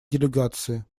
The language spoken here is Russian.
делегации